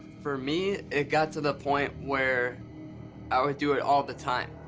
for me, it got to the point where i would do it all the time.